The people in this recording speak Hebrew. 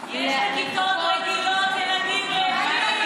יש בכיתות רגילות ילדים רעבים.